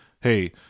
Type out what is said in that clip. hey